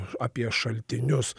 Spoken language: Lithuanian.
apie šaltinius